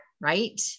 right